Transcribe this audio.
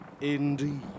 indeed